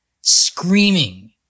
screaming